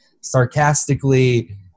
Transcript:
sarcastically